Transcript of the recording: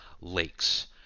lakes